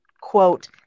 quote